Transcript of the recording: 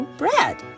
bread